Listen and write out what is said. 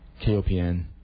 KOPN